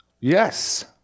Yes